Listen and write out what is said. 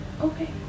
Okay